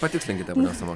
patikslinkite savo